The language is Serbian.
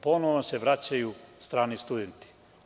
Ponovo nam se vraćaju strani studenti.